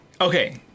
okay